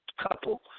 couple